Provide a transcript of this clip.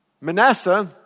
Manasseh